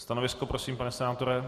Stanovisko prosím, pane senátore.